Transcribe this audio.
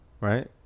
right